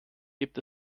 gibt